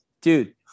dude